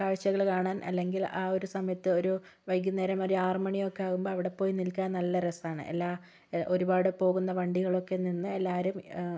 കാഴ്ചകള് കാണാൻ അല്ലെങ്കിൽ ആ ഒരു സമയത് ഒരു വൈകുന്നേരം ഒരു ആറു മണിയൊക്കെ ആകുമ്പോൾ അവിടെ പോയി നിൽക്കാൻ നല്ല രസമാണ് എല്ലാം ഒരുപാട് പോകുന്ന വണ്ടികളൊക്കെ നിന്ന് എല്ലാവരും